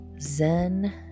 zen